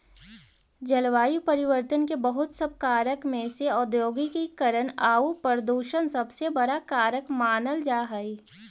जलवायु परिवर्तन के बहुत सब कारक में से औद्योगिकीकरण आउ प्रदूषण सबसे बड़ा कारक मानल जा हई